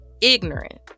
ignorant